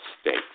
States